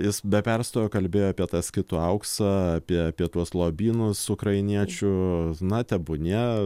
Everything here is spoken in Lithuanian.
jis be perstojo kalbėjo apie tą skitų auksą apie apie tuos lobynus ukrainiečių na tebūnie